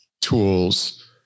tools